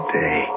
day